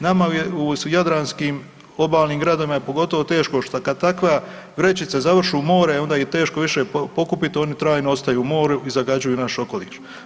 Nama u jadranskim obalnim gradovima je pogotovo teško što kad takve vrećice završe u moru onda ih je teško više pokupit, one trajno ostaju u moru i zagađuju naš okoliš.